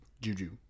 juju